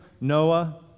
Noah